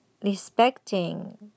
Respecting